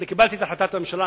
אני קיבלתי את החלטת הממשלה,